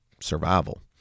survival